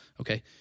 okay